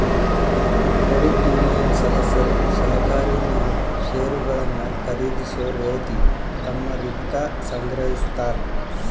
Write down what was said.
credit union ಸದಸ್ಯರು ಸಹಕಾರಿನ್ಯಾಗ್ ಷೇರುಗಳನ್ನ ಖರೇದಿಸೊ ರೇತಿ ತಮ್ಮ ರಿಕ್ಕಾ ಸಂಗ್ರಹಿಸ್ತಾರ್